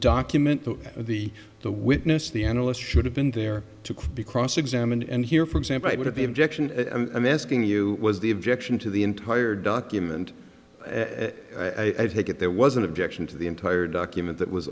document that the the witness the analyst should have been there to be cross examined and here for example would be objection i'm asking you was the objection to the entire document as i take it there was an objection to the entire document that was